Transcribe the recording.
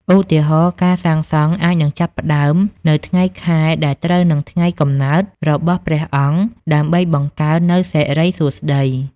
ឧទាហរណ៍ ការសាងសង់អាចនឹងចាប់ផ្តើមនៅថ្ងៃខែដែលត្រូវនឹងថ្ងៃកំណើតរបស់ព្រះអង្គដើម្បីបង្កើននូវសិរីសួស្តី។